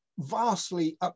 vastly